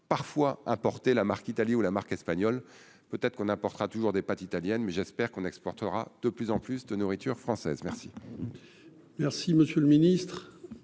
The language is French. parfois hein porter la marque Italie ou la marque espagnole, peut être qu'on apportera toujours des pâtes italiennes mais j'espère qu'on exportera de plus en plus de nourriture française merci.